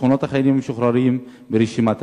שכונות החיילים המשוחררים ברשימת היישובים.